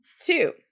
Two